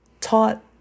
taught